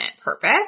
purpose